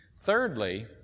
Thirdly